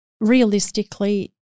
Realistically